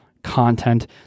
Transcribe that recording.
Content